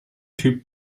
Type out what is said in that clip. typ